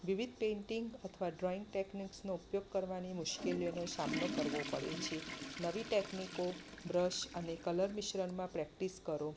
વિવિધ પેઇન્ટિંગ અથવા તો ડ્રોઈંગ ટેક્નિકસનો ઉપયોગ કરવાની મુશ્કેલીઓનો સામનો કરવો પડે છે નવી ટેકનિકો બ્રસ અને કલર મિશ્રણમાં પ્રેક્ટિસ કરો